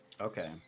Okay